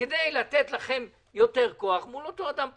כדי לתת לכם יותר כוח מול אותו אדם פרטי.